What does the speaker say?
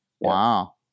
Wow